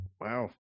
Wow